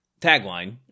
tagline